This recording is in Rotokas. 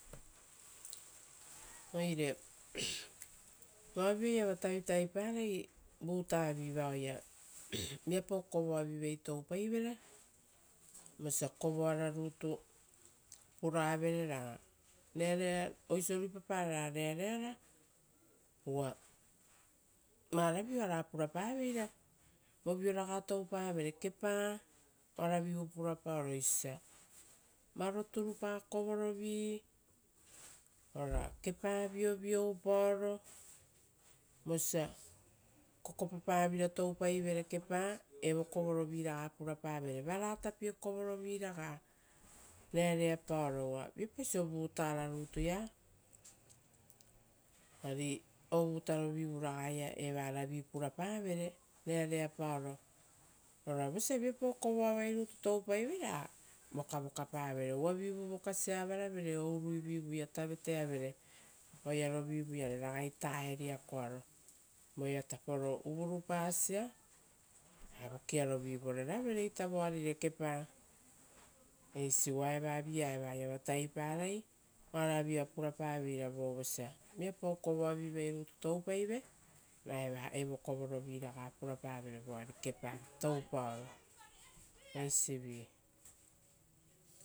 Oire vaovio oaiava tavitaviparai, vutavi vao oaia viapau kovoavivai toupaivere, vosa kovoara rutu puravere ra oisio ruipapara ra reareara, uva varavio oara purapaveira, vovioraga toupavere keepa oaravivu purapaoro oisio osia aue, varo turupa kovorovi, ora kepa viovioupaoro, vosia kokopapavira toupaivere kepa. Evo kovoroviraga purapavere, varatapa kovoro viraga, reareapaoro, uva viapauso vutara rutuia, ari ovutaro viragaia evaravi purapavere, reareapaoro, ora vosia viapau kovoavai toupai vere ra, vokavokapavere, uvavivu vokasia avaravere oruirovivuiare taveteavere. Oearovivu iare ragai tae riakoaro, voea taporo uvurupasia, ra vokiarovi voreravereita voarire kepa. Eisi uva evavi-ia eva oaiava taviparai. Aueiava kovoara oara purapaveira vosia viapau kovovivai toupaive. Ra evo kovoro viraga pura pa vere voari keepa, toupaor.